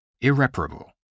Irreparable